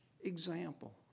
example